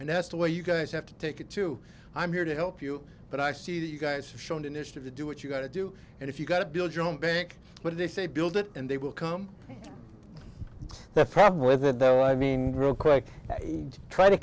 and that's the way you guys have to take it to i'm here to help you but i see that you guys have shown initiative to do what you've got to do and if you've got to build your own bank but they say build it and they will come the problem with it though i mean real quick to try to